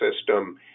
system